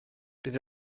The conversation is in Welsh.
bydd